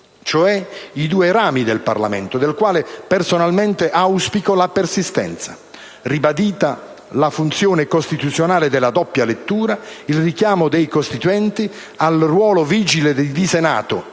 cioè i due rami del Parlamento, dei quali personalmente auspico la persistenza, ribadita la funzione costituzionale della doppia lettura, il richiamo dei costituenti al ruolo vigile di Senato